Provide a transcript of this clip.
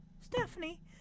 Stephanie